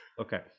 okay